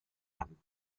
him